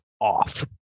off